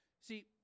See